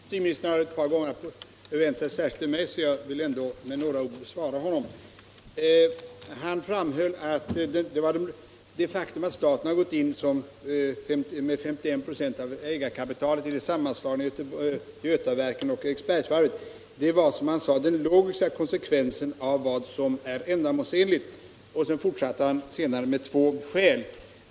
Herr talman! Eftersom industriministern ett par gånger vänt sig särskilt till mig, vill jag med några ord svara honom. Industriministern framhöll att det faktum att staten gått in med 51 96 av ägarkapitalet vid sammanslagningen av Götaverken och Eriksbergsvarvet var ”den logiska konsekvensen av vad som var ändamålsenligt”. Sedan fortsatte han med att ange två skäl.